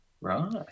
Right